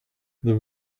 there